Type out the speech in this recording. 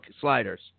sliders